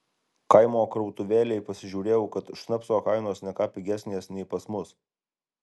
kaimo krautuvėlėj pasižiūrėjau kad šnapso kainos ne ką pigesnės nei pas mus